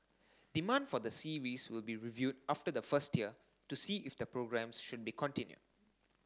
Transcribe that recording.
demand for the series will be reviewed after the first year to see if the programmes should be continued